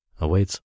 awaits